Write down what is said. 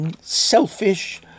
selfish